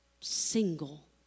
single